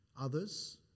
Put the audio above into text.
others